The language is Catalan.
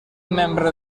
membre